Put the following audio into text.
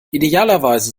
idealerweise